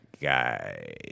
guy